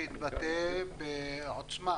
שהתבטא בעוצמה